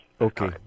Okay